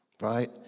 right